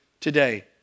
today